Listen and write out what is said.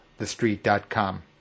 thestreet.com